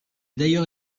d’ailleurs